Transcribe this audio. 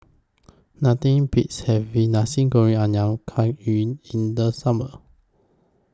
Nothing Beats having Nasi Goreng Ayam Kunyit in The Summer